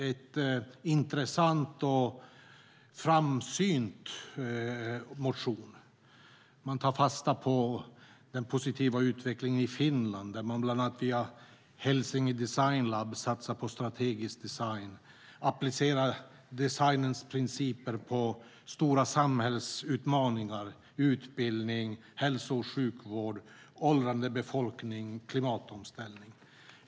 Det är en intressant och framsynt motion. Man tar fasta på den positiva utvecklingen i Finland, där man bland annat via Helsinki Design Lab satsar på strategisk design. Man applicerar designens principer på stora samhällsutmaningar som utbildning, hälso och sjukvård, åldrande befolkning och klimatomställning.